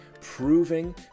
proving